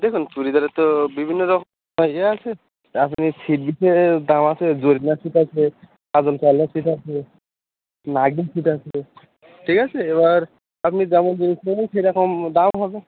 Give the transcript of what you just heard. দেখুন চুড়িদারের তো বিভিন্ন রকম ইয়ে আছে আপনি সিল্কে জামাতে লাইলন ছিট আছে ঠিক আছে এবার আপনি যেমন জিনিস নেবেন সেরকম দাম হবে